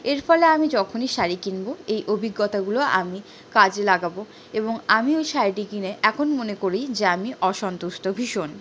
এর ফলে আমি যখনই শাড়ি কিনব এই অভিজ্ঞতাগুলো আমি কাজে লাগাব এবং আমি ওই শাড়িটি কিনে এখন মনে করি যে আমি অসন্তুষ্ট ভীষণ